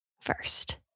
first